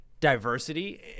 Diversity